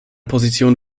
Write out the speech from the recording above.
position